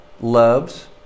loves